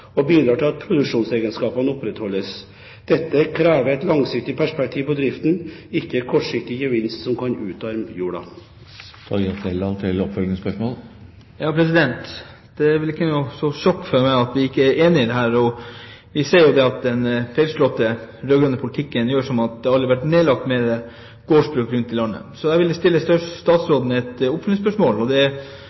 og bidrar til at produksjonsegenskapene opprettholdes. Dette krever et langsiktig perspektiv på driften, ikke kortsiktig gevinst som kan utarme jorda. Det er ikke noe stort sjokk for meg at vi ikke er enige i dette. Vi ser jo at den feilslåtte rød-grønne politikken gjør at det aldri har vært nedlagt flere gårdsbruk rundt i landet. Så vil jeg stille statsråden et oppfølgingsspørsmål: Statsråden uttaler ofte at bønder er selvstendig næringsdrivende. Hvordan kan statsråden uttale det, samtidig som han fjerner den enkeltes eiendomsrett og